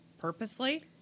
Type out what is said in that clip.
Purposely